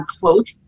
quote